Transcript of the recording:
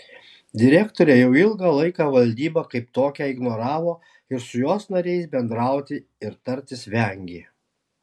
direktorė jau ilgą laiką valdybą kaip tokią ignoravo ir su jos nariais bendrauti ir tartis vengė